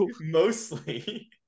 Mostly